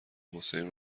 حسین